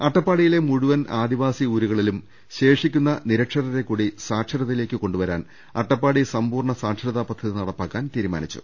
അട്ടപ്പാടിയിലെ മുഴുവൻ ആദിവാസി ഊരുകളിലും ശേഷിക്കുന്ന നിരക്ഷരരെ കൂടി സാക്ഷരതയിലേക്ക് കൊണ്ടുവരാൻ അട്ടപ്പാടി സമ്പൂർണ സാക്ഷരതാ പദ്ധതി നടപ്പാക്കാൻ തീരുമാനിച്ചു